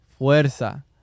Fuerza